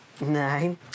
Nine